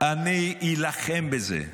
אני אלחם בזה,